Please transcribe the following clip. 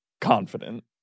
confident